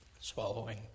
swallowing